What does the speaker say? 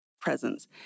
presence